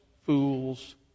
fools